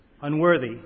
unworthy